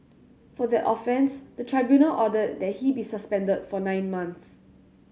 for that offence the tribunal ordered that he be suspended for nine months